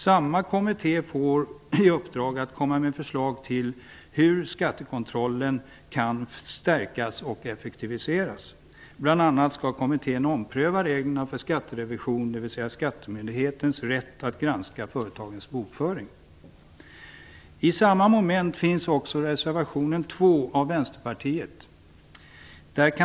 Samma kommitté får i uppdrag att komma med förslag till hur skattekontrollen kan stärkas och effektiviseras. Bl.a. skall kommittén ompröva reglerna för skatterevision, dvs. skattemyndighetens rätt att granska företagens bokföring. Vänsterpartiet.